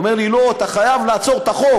הוא אומר לי: לא, אתה חייב לעצור את החוק.